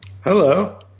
Hello